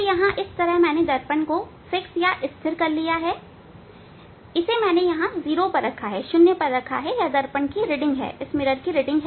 तो यहां मैंने दर्पण को स्थिर कर लिया है इसे मैंने यहां 0 स्थिति पर रखा है दर्पण की रीडिंग 0 है